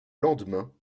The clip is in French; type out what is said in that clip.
lendemain